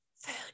food